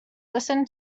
listen